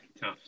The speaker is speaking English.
tough